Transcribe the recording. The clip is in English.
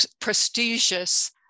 prestigious